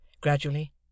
Gradually